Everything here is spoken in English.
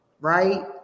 Right